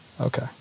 Okay